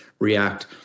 react